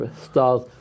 stars